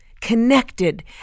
connected